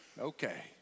Okay